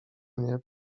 mnie